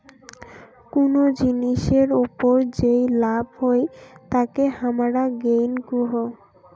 কুনো জিনিসের ওপর যেই লাভ হই তাকে হামারা গেইন কুহু